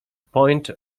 point